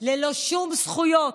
ללא שום זכויות.